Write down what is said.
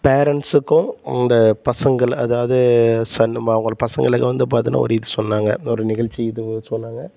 பேரண்ட்ஸுக்கும் இந்த பசங்கள் அதாவது சன்னு மா அவங்கள பசங்களுக்கு வந்து பார்த்தினா ஒரு இது சொன்னாங்க ஒரு நிகழ்ச்சி இது சொன்னாங்க